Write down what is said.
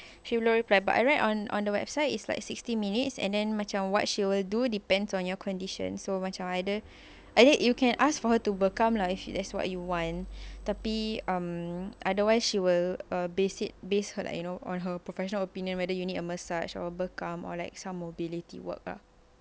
so no reply but I read on on the website is like sixty minutes and then macam what she will do depends on your condition so macam either I mean you can ask for her to bekam lah if you that's what you want macam mana otherwise she will uh base it base her like you know on her professional opinion whether you need a massage or a bekam or like some mobility work ah